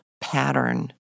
pattern